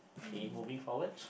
okay moving forward